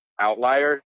outliers